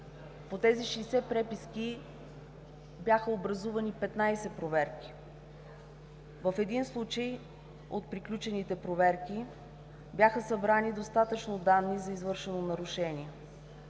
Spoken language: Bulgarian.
По тези 60 преписки бяха образувани 15 проверки. В един случай от приключените проверки бяха събрани достатъчно данни за извършено нарушение.